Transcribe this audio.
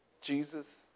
Jesus